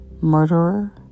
murderer